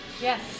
yes